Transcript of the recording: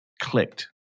clicked